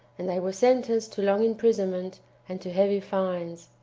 and they were sentenced to long imprisonment and to heavy fines.